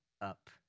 up